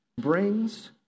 brings